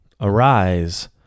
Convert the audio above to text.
Arise